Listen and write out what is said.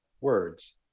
words